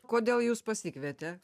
kodėl jus pasikvietė